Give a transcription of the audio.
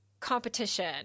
competition